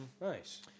nice